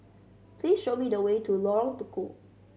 please show me the way to Lorong Tukol